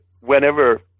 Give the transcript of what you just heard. whenever